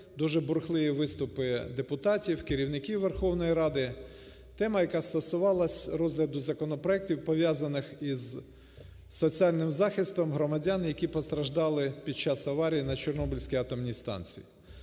дуже бурхливі виступи депутатів, керівників Верховної Ради. Тема, яка стосувалась розгляду законопроектів, пов'язаних із соціальним захистом громадян, які постраждали під час аварії на Чорнобильській станції.